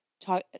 talk